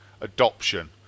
adoption